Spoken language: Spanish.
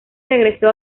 regresó